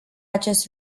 acest